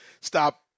stop